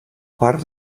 part